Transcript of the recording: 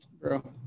Bro